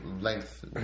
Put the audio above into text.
length